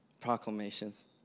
proclamations